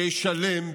שישלם בגדול.